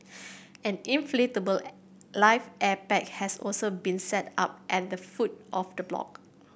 an inflatable life air pack has also been set up at the foot of the block